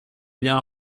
bien